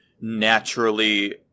naturally